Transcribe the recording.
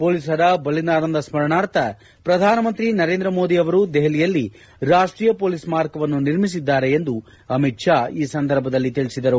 ಪೊಲೀಸರ ಬಲಿದಾನದ ಸ್ಪರಣಾರ್ಥ ಪ್ರಧಾನಮಂತ್ರಿ ನರೇಂದ್ರ ಮೋದಿ ದೆಹಲಿಯಲ್ಲಿ ರಾಷ್ಷೀಯ ಪೊಲೀಸ್ ಸ್ನಾರಕವನ್ನು ನಿರ್ಮಿಸಿದ್ದಾರೆ ಎಂದು ಅಮಿತ್ ಶಾ ಈ ಸಂದರ್ಭದಲ್ಲಿ ತಿಳಿಸಿದರು